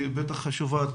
היא בטח חשובה,